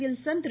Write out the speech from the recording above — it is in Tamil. வில்சன் திரு